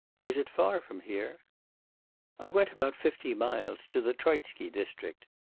was it far from here i went about fifty miles, to the troitsky district.